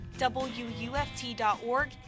wuft.org